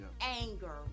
Anger